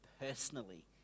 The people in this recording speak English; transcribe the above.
personally